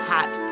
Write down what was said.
Hat